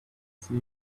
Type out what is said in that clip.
sea